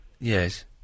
Yes